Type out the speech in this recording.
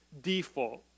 default